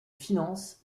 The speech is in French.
finance